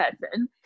person